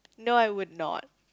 no I would not